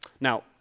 Now